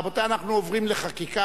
רבותי, אנחנו עוברים לחקיקה.